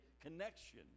connection